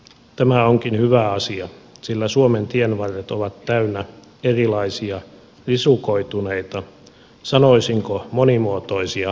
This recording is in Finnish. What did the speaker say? tämä onkin hyvä asia sillä suomen tienvarret ovat täynnä erilaisia risukoituneita sanoisinko monimuotoisia taimikoita